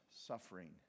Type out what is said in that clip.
suffering